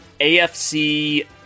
afc